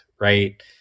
right